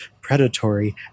predatory